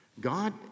God